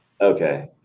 okay